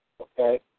Okay